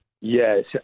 Yes